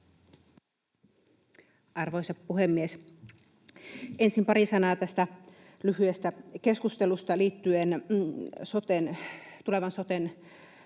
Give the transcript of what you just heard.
Arvoisa puhemies! Ensin pari sanaa tästä lyhyestä keskustelusta liittyen tulevan soten ja